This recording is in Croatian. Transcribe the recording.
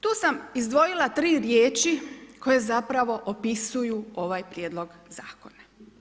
Tu sam izdvojila tri riječi koje zapravo opisuju ovaj Prijedlog zakona.